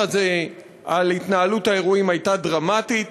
הזה על התנהלות האירועים הייתה דרמטית.